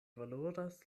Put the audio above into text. valoras